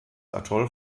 atoll